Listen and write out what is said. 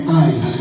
eyes